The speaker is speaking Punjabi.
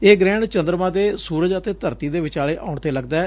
ਇਹ ਗੁਹਿਣ ਚੰਦਰਮਾ ਦੇ ਸੁਰਜ ਅਤੇ ਧਰਤੀ ਦੇ ਵਿਚਾਲੇ ਆਉਣ ਤੇ ਲਗਦੈ